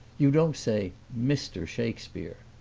you don't say, mr. shakespeare.